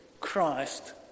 Christ